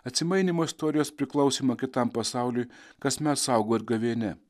atsimainymo istorijos priklausymą kitam pasauliui kasmet saugo ir gavėnia